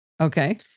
Okay